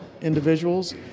individuals